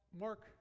Mark